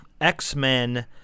X-Men